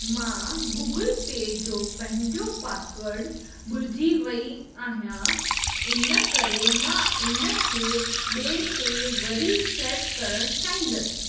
मां गूगल पे जो पंहिंजो पासवर्ड भुलिजी वई आहियां इन करे मां इनखे ॿिए ते वरी सेट करणु चाहींदसि